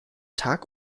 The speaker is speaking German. tag